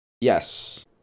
Yes